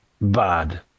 bad